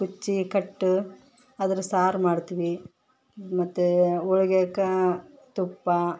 ಕುಚ್ಚಿ ಕಟ್ಟು ಅದ್ರ ಸಾರು ಮಾಡ್ತೀವಿ ಮತ್ತು ಹೋಳ್ಗೇಕ ತುಪ್ಪ